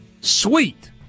sweet